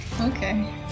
okay